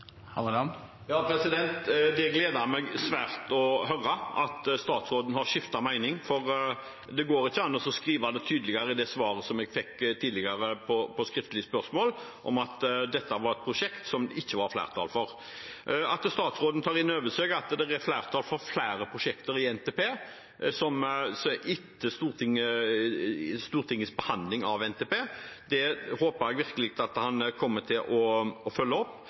Det gleder meg svært å høre at statsråden har skiftet mening, for det går ikke an å skrive det tydeligere enn det svaret som tidligere jeg fikk på skriftlig spørsmål, om at dette var et prosjekt som det ikke var flertall for. At statsråden tar inn over seg at det er flertall for flere prosjekter etter Stortingets behandling av NTP, håper jeg virkelig at han kommer til å følge opp.